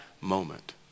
moment